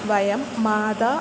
वयं माता